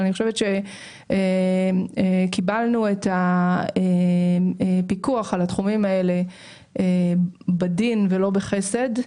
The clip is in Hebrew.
אבל אני חושבת שקיבלנו את הפיקוח על התחומים האלה בדין ולא בחסד.